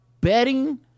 betting